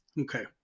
Okay